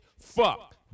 fuck